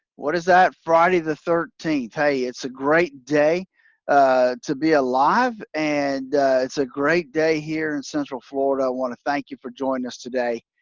what is that, friday the thirteenth? hey, it's a great day to be alive, and it's a great day here in central florida. i want to thank you for joining us today,